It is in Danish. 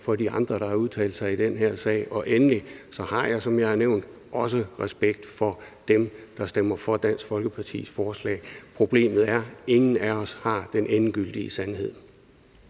for de andre, der har udtalt sig i den her sag, og endelig har jeg, som jeg har nævnt, også respekt for dem, der stemmer for Dansk Folkepartis forslag. Problemet er, at ingen af os har den endegyldige sandhed.